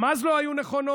גם אז הן לא היו נכונים,